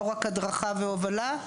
לא רק הדרכה והובלה,